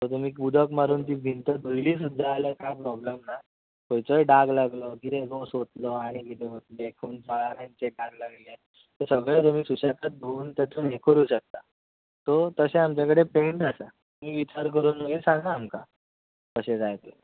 तातूंत तुमी जर उदक मारून ती भिंत धुयली सुद्धा जाल्यार काय प्रोब्लम ना खंयचो डाग लागलो कितेंय सुकलो आनी कितें वतले काय दाग लागले ते सगळे तुमी सुशेगाद धुवून तातूंत हे करून शकता सो तशे आमचे कडेन पेंट आसा तुमी विचार करून मागीर सांगा आमकां कशें जाय तें